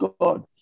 God